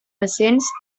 recents